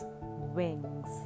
wings